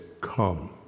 come